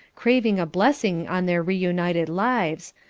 craving a blessing on their reunited lives,